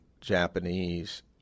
Japanese